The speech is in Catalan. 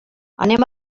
anem